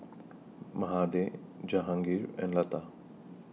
Mahade Jehangirr and Lata